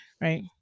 Right